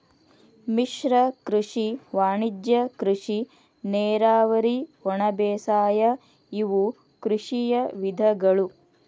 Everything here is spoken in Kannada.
ಮಿಶ್ರ ಕೃಷಿ ವಾಣಿಜ್ಯ ಕೃಷಿ ನೇರಾವರಿ ಒಣಬೇಸಾಯ ಇವು ಕೃಷಿಯ ವಿಧಗಳು